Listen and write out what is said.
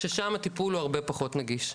ששם הטיפול הוא פחות נגיש.